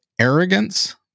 arrogance